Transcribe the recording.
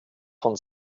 von